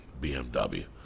BMW